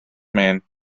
man